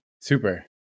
super